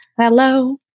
Hello